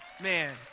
Man